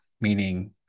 meaning